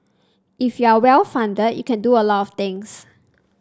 if you are well funded you can do a lot of things